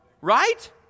right